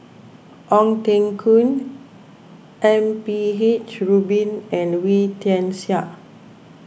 Ong Teng Koon M P H Rubin and Wee Tian Siak